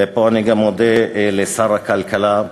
ופה אני גם מודה לשר הכלכלה,